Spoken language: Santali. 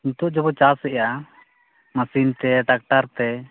ᱱᱤᱛᱚᱜ ᱫᱚᱵᱚ ᱪᱟᱥᱮᱜᱼᱟ ᱢᱮᱥᱤᱱᱛᱮ ᱴᱨᱟᱠᱴᱟᱨᱛᱮ